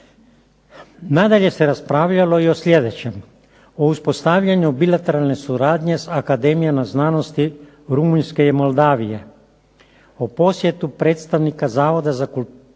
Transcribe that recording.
Nadalje se raspravljalo i o sljedećem, o uspostavljanju bilateralne suradnje sa akademijama znanosti Rumunjske i Moldavije, o posjetu predstavnika Zavoda za kulturu